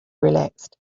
relaxed